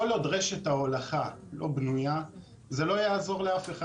כל עוד רשת ההולכה לא בנויה, זה לא יעזרו לאף אחד.